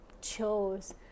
chose